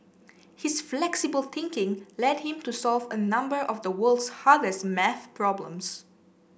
his flexible thinking led him to solve a number of the world's hardest maths problems